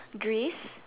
Greece